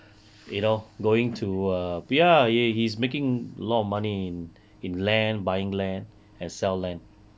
you know going to uh ya ya he's making a lot of money in in land buying land and sell land